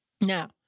now